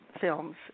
films